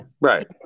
right